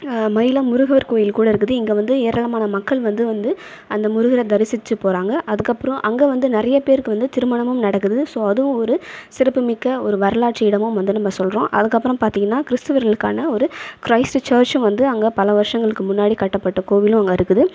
மயிலம் முருகர் கோவில் கூட இருக்குது இங்கே வந்து ஏராளமான மக்கள் வந்து வந்து அந்த முருகரை தரிசிச்சுட்டு போகிறாங்க அதுக்கப்புறம் அங்கே வந்து நிறைய பேருக்கு வந்து திருமணமும் நடக்குது ஸோ அதுவும் ஒரு சிறப்புமிக்க ஒரு வரலாற்று இடமும் சொல்கிறோம் அதுக்கப்புறம் பார்த்தீங்கனா கிறிஸ்துவர்களுக்கான ஒரு கிரைஸ்ட் சர்ச்சும் அதுவும் வந்து பல வருஷங்களுக்கு முன்னாடி கட்டப்பட்ட கோவிலும் அங்கே இருக்குது